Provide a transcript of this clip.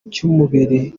cy’umubiri